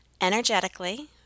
energetically